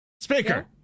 Speaker